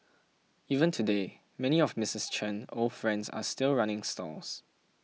even today many of Misses Chen old friends are still running stalls